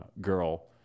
girl